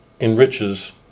enriches